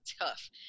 tough